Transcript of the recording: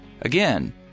Again